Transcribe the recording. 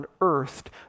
unearthed